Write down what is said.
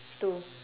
two